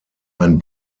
ein